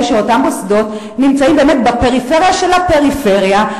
שאותם מוסדות נמצאים באמת בפריפריה של הפריפריה,